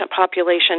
population